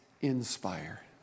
inspire